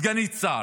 סגנית שר.